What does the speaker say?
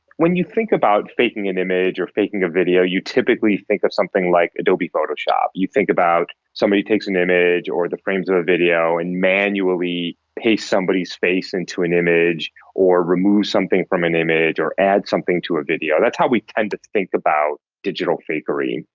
when you think about faking an image or faking a video you typically think of something like adobe photoshop, you think about somebody takes an image or the frames of a video and manually pastes somebody's face into an image or removes something from an image or adds something to a video, that's how we tend to think about digital fakery.